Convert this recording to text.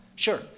Sure